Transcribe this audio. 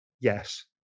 Yes